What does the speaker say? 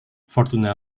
fortuna